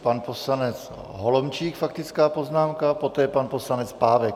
Pan poslanec Holomčík, faktická poznámka, poté pan poslanec Pávek.